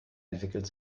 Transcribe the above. entwickelt